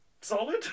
solid